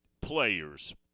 players